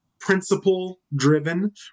principle-driven